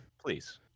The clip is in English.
Please